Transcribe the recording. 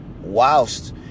whilst